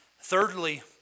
Thirdly